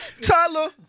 Tyler